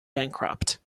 bankrupt